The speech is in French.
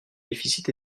déficit